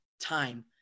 time